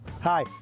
Hi